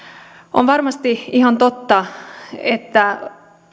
on varmasti ihan totta että